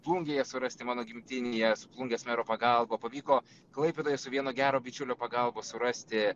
plungėje surasti mano gimtinėje su plungės mero pagalba pavyko klaipėdoje su vieno gero bičiulio pagalba surasti